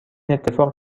اتفاق